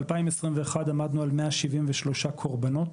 ב-2021 עמדנו על 173 קורבנות,